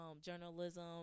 journalism